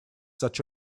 such